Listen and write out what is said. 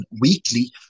weekly